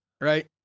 right